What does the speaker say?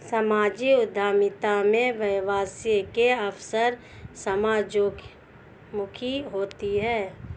सामाजिक उद्यमिता में व्यवसाय के अवसर समाजोन्मुखी होते हैं